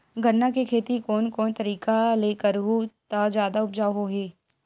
गन्ना के खेती कोन कोन तरीका ले करहु त जादा उपजाऊ होही?